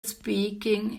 speaking